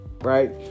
right